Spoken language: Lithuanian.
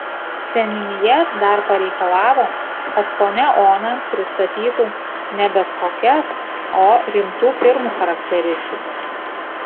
seniūnija dar pareikalavo kad ponia ona pristatytų ne bet kokias o rimtų firmų charakteristikas